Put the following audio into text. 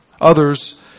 Others